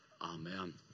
Amen